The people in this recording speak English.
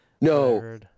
No